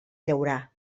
llaurar